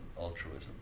altruism